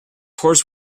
horse